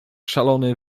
szalony